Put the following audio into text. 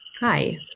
hi